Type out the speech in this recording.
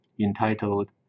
entitled